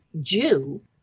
Jew